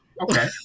Okay